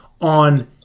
on